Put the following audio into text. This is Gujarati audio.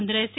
બંધ રહેશે